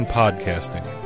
podcasting